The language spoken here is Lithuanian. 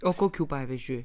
o kokių pavyzdžiui